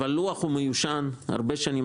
הלוח מיושן, בן הרבה שנים.